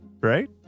right